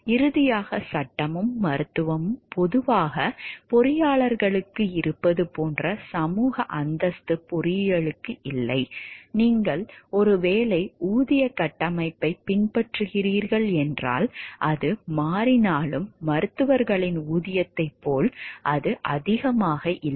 இறுதியாக சட்டமும் மருத்துவமும் பொதுவாக பொறியாளர்களுக்கு இருப்பது போன்ற சமூக அந்தஸ்து பொறியியலுக்கு இல்லை நீங்கள் ஒருவேளை ஊதியக் கட்டமைப்பைப் பின்பற்றுகிறீர்கள் என்றால் அது மாறினாலும் மருத்துவர்களின் ஊதியத்தைப் போல அதிக ஊதியம் இல்லை